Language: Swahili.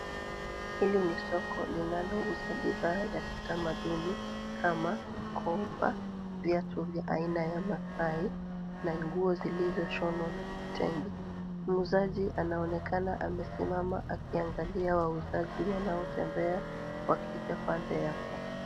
Hili ni soko linalouza bidhaa ya kitamaduni, kama mkoba, viatu vya aina ya masai, na nguo zilizoshonwa na kitenge. Muuzaji anaonekana amesimama akiangalia wauzaji wanaotembea wakija pande yake.